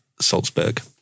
Salzburg